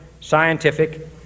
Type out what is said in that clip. scientific